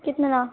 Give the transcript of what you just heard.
کتنا